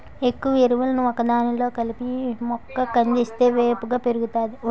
ఎక్కువ ఎరువులను ఒకదానిలో కలిపి మొక్క కందిస్తే వేపుగా పెరుగుతాది